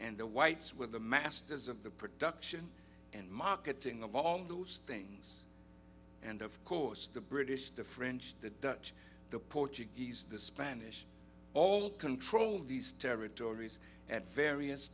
and the whites were the masters of the production and marketing of on those things and of course the british the french the dutch the portuguese the spanish all controlled these territories at various